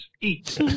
eat